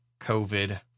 COVID